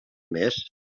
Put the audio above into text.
més